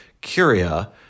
Curia